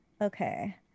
Okay